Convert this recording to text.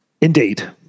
Indeed